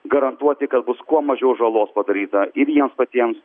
garantuoti kad bus kuo mažiau žalos padaryta ir jiems patiems